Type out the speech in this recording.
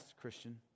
Christian